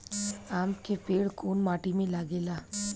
आम के पेड़ कोउन माटी में लागे ला?